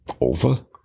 Over